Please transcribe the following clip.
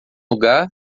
lugar